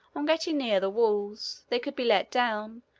on getting near the walls, they could be let down,